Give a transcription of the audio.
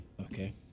Okay